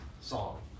song